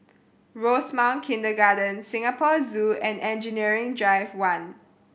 Rosemount Kindergarten Singapore Zoo and Engineering Drive One